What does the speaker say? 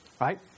right